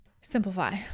Simplify